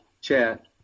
chat